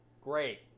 great